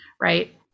right